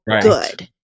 good